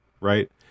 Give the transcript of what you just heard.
right